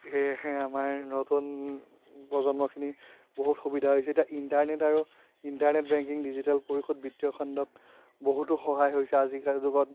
সেয়েহে আমাৰ নতুন প্ৰজন্মখিনিৰ বহুত সুবিধা হৈছে এতিয়া ইন্টাৰনেট আৰু ইন্টাৰনেট বেংকিং ডিজিটেল পৰিশোধ বিত্তীয় খণ্ড বহুতো সহায় হৈছে আজিকালি যুগত